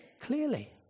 clearly